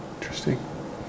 Interesting